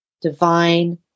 divine